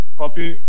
copy